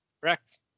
Correct